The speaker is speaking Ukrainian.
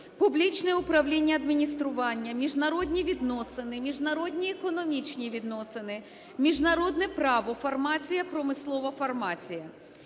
"Публічне управління адміністрування", "Міжнародні відносини", "Міжнародні економічні відносини", "Міжнародне право", "Фармація", "Промислова фармація".